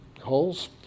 holes